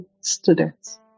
students